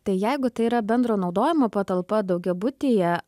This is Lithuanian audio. tai jeigu tai yra bendro naudojimo patalpa daugiabutyje